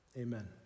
amen